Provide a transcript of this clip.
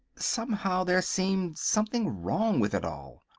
somehow, there seemed something wrong with it all.